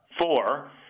four